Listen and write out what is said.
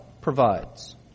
provides